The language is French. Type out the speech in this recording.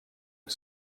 que